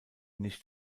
nicht